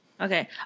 Okay